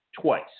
twice